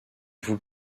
vous